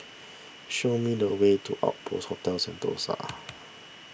show me the way to Outpost Hotel Sentosa